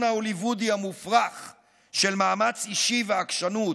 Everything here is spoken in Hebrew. ההוליוודי המופרך של מאמץ אישי ועקשנות,